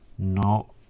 No